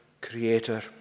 Creator